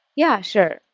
yeah, sure.